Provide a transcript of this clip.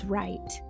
right